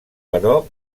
però